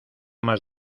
más